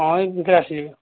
ହଁ ଏଇ ଭିତରେ ଆସିଯିବେ